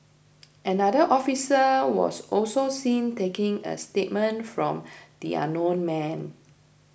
another officer was also seen taking a statement from the unknown man